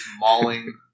mauling